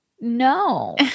No